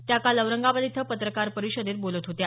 त्या काल औरंगाबाद इथं पत्रकार परिषदेत बोलत होत्या